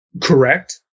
Correct